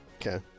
okay